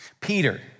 Peter